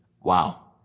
Wow